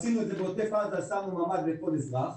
עשינו את זה בעוטף עזה, שמנו ממ"ד לכל אזרח,